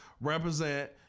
Represent